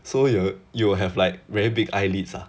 so you you will have like very big eyelids ah